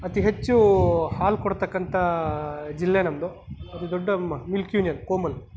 ಅತಿ ಹೆಚ್ಚು ಹಾಲು ಕೊಡತಕ್ಕಂಥ ಜಿಲ್ಲೆ ನಮ್ಮದು ಅತಿ ದೊಡ್ಡ ಮ್ ಮಿಲ್ಕ್ ಯೂನಿಯನ್ ಕೋಮಲ್